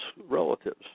relatives